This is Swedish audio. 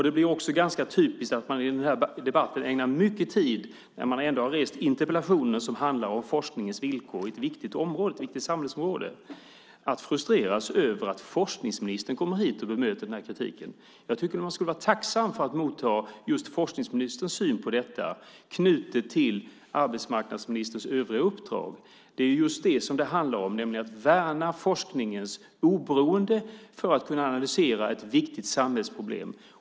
Det är också ganska typiskt att man i den här debatten, när man har ställt interpellationer som handlar om forskningens villkor på ett viktigt samhällsområde, ägnar mycket tid åt att frustreras över att forskningsministern kommer hit och bemöter kritiken. Jag tycker att man borde vara tacksam för att motta just forskningsministerns syn på detta, knutet till arbetsmarknadsministerns övriga uppdrag. Det är just det som det handlar om, nämligen att värna forskningens oberoende för att kunna analysera ett viktigt samhällsproblem.